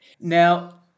Now